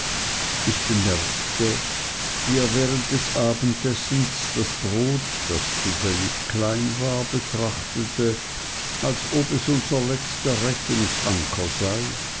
ich bemerkte wie er während des abendessens das brot das zufällig klein war betrachtete als ob es unser letzter rettungsanker sei